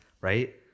right